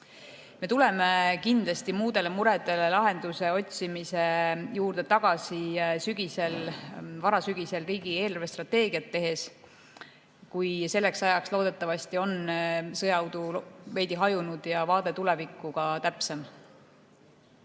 Me tuleme kindlasti muudele muredele lahenduse otsimise juurde tagasi varasügisel riigi eelarvestrateegiat tehes, kui selleks ajaks loodetavasti on sõjaudu veidi hajunud ja vaade tulevikku ka täpsem.